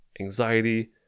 anxiety